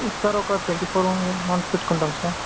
sir ఒక twenty four months పెట్టుకుంటాం sir